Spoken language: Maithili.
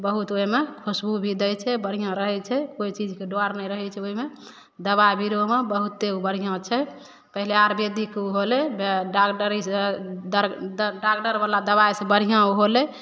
बहुत ओइमे खुश्बू भी दै छै बढ़ियाँ रहै छै कोइ चीज के डर नै रहै छै ओइमे दवाइ बिरो मे बहुते बढ़ियाँ छै पहिले आयुर्वेदिक होलै डागडर से डागडर बला दवाइ से बढ़ियाँ ऊ होलै